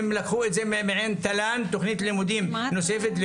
הם לקחו את זה מעין תל"ן, תוכנית לימודים נוספת.